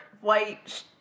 white